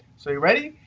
so, you ready?